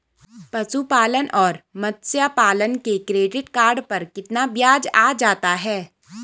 पशुपालन और मत्स्य पालन के क्रेडिट कार्ड पर कितना ब्याज आ जाता है?